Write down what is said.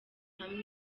hamwe